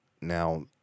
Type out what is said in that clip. Now